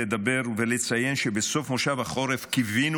לדבר ולציין שבסוף מושב החורף קיווינו